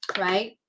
right